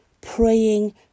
praying